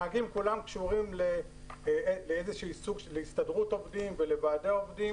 הנהגים כולם קשורים להסתדרות העובדים ולוועדי עובדים.